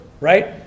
right